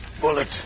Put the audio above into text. bullet